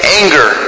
anger